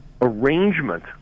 arrangement